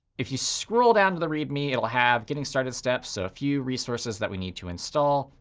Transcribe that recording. if you scroll down to the read me, it'll have getting started steps. so a few resources that we need to install.